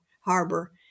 Harbor